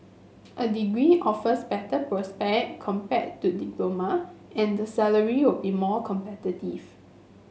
a degree offers better prospect compared to diploma and the salary will be more competitive